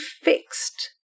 fixed